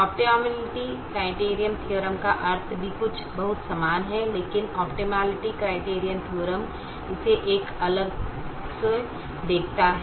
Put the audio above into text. optimality criterion theorem का अर्थ भी कुछ बहुत समान है लेकिन ऑप्टिमलिटी क्राइटीरीअन थीअरम इसे एक अलग कों से देखता है